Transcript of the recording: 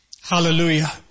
Hallelujah